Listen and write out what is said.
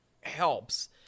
helps